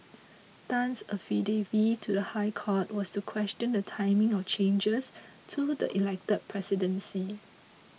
Tan's affidavit to the High Court was to question the timing of changes to the elected presidency